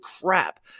crap